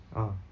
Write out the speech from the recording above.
ah